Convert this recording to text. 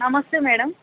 నమస్తే మ్యాడమ్